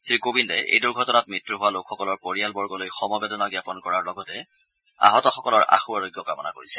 শ্ৰীকোৱিন্দে এই দুৰ্ঘটনাত মৃত্যু হোৱা লোকসকলৰ পৰিয়াল বৰ্গলৈ সমবেদনা জ্ঞাপন কৰা লগতে আহতসকলৰ আশুআৰোগ্য কামনা কৰিছে